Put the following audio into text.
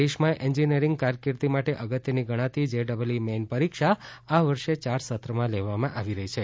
દેશમાં એન્જિનિયરિંગ કારકિર્દી માટે અગત્યની ગણાતી જેઇઇ મેઈન પરીક્ષા આ વર્ષે યાર સત્રમાં લેવામાં આવી રહી છે